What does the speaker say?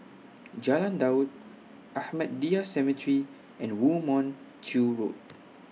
Jalan Daud Ahmadiyya Cemetery and Woo Mon Chew Road